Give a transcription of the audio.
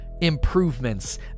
improvements